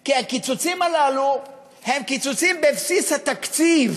כי הקיצוצים האלו הם קיצוצים בבסיס התקציב.